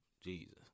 Jesus